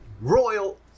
Royal